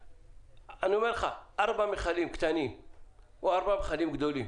מה ההבדל בין ארבעה מכלים קטנים לארבעה מכלים גדולים?